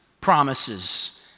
promises